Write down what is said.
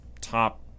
top